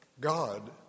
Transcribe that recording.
God